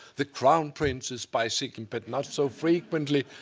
the crown princess bicycling, but not so frequently.